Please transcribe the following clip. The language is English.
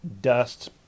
dust